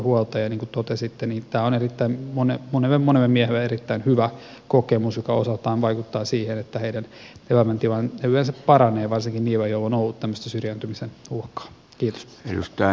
niin kuin totesitte tämä on monelle miehelle erittäin hyvä kokemus joka osaltaan vaikuttaa siihen että heidän elämäntilanteensa yleensä paranee varsinkin niillä joilla on ollut tällaista syrjäytymisen uhkaa